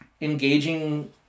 engaging